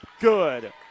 good